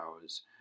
hours